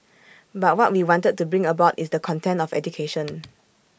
but what we wanted to bring about is the content of education